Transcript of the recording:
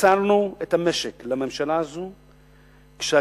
מסרנו את המשק לממשלה הזו כשהגירעון,